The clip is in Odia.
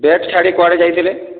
ବ୍ୟାଗ ଛାଡ଼ି କୁଆଡ଼େ ଯାଇଥିଲେ